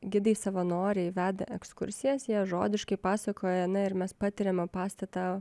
gidai savanoriai veda ekskursijas jie žodiškai pasakoja ane ir mes patiriame pastatą